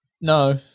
No